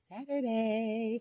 Saturday